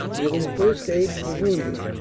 giving first aid to the wounded,